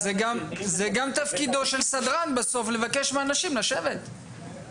זה גם תפקידו של סדרן לבקש מאנשים לשבת.